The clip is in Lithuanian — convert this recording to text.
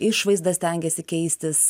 išvaizda stengiasi keistis